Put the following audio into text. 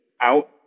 out